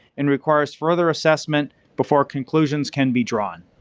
and requires further assessment before conclusions can be drawn.